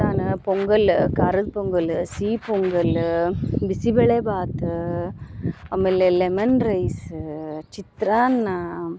ನಾನು ಪೊಂಗಲ್ಲ ಖಾರದ ಪೊಂಗಲ್ಲ ಸಿಹಿ ಪೊಂಗಲ್ಲ ಬಿಸಿಬೇಳೆಬಾತು ಆಮೇಲೆ ಲೆಮನ್ ರೈಸ ಚಿತ್ರಾನ್ನ